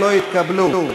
בדבר הפחתת תקציב לא נתקבלו.